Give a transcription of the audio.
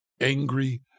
angry